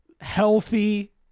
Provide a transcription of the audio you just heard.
healthy